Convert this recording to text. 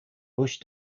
bush